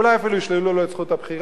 אולי אפילו ישללו ממנו את זכות הבחירה.